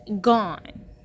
gone